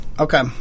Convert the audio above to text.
Okay